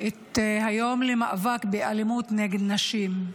את היום למאבק באלימות נגד נשים.